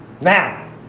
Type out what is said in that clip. Now